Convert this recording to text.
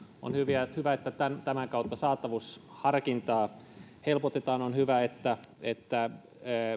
on hyvä että tämän tämän kautta saatavuusharkintaa helpotetaan on hyvä että että